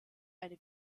eine